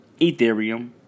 Ethereum